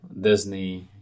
Disney